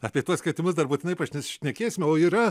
apie tuos kvietimus dar būtinai pašni šnekėsime o yra